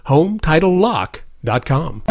HomeTitleLock.com